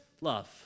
Love